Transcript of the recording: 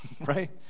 right